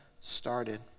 started